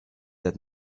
that